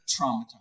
traumatized